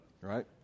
Right